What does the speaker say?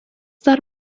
dar